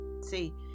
See